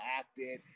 acted